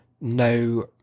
no